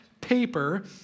paper